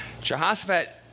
Jehoshaphat